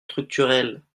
structurelles